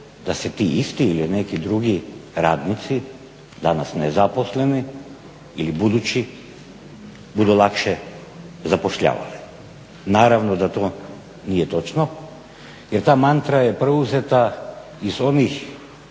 da se ti isti ili neki drugi radnici danas nezaposleni ili budući budu lakše zapošljavali. Naravno da to nije točno jer ta mantra je preuzeta iz onih